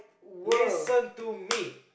listen to me